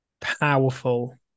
powerful